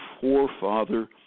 forefather